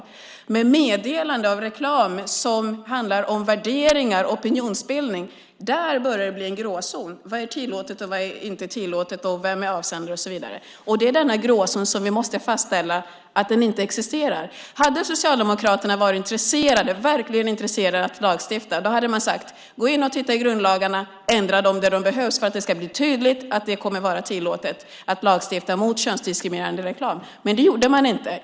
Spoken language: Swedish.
Men när det gäller meddelanden och reklam som handlar om värderingar börjar det blir en gråzon. Vad är tillåtet och inte tillåtet, vem är avsändare och så vidare? Det är denna gråzon som vi måste se till att den inte existerar. Hade Socialdemokraterna verkligen varit intresserade av att lagstifta hade man sagt: Gå in och titta i grundlagarna och ändra dem där det behövs för att det ska bli tydligt att det kommer att vara tillåtet att lagstifta mot könsdiskriminerande reklam. Det gjorde man inte.